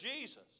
Jesus